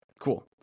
cool